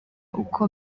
uko